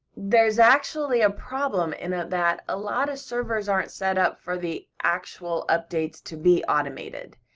there's actually a problem in ah that a lot of servers aren't set up for the actual updates to be automated,